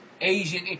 asian